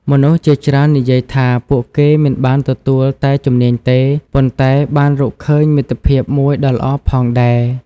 មនុស្សជាច្រើននិយាយថា ពួកគេមិនបានទទួលតែជំនាញទេ ប៉ុន្តែបានរកឃើញមិត្តភាពមួយដ៏ល្អផងដែរ។